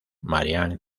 marianne